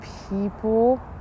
people